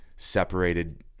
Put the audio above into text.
Separated